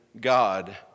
God